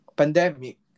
pandemic